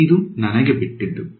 ಇದು ನನಗೆ ಬಿಟ್ಟಿದ್ದು